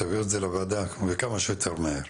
תביא את זה לוועדה וכמה שיותר מהר.